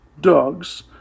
dogs